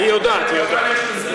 היא יודעת, היא יודעת.